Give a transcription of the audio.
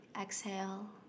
Exhale